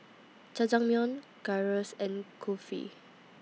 Jajangmyeon Gyros and Kulfi